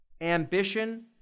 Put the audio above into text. Ambition